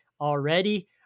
already